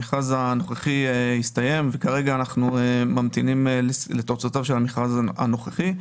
המכרז הנוכחי הסתיים וכרגע אנחנו ממתינים לתוצאותיו של המכרז הנוכחי.